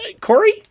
Corey